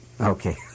Okay